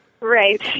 Right